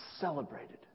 celebrated